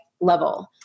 level